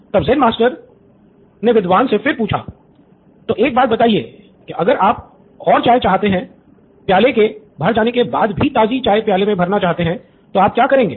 तब Zen master ने विद्वान से फिर पूछा तो एक बात बताइए कि अगर आप और चाय चाहते हैं चाय के प्याली के भर जाने के बाद भी ताज़ी चाय प्याली मे भरना चाहते है तो आप क्या करेंगे